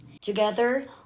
Together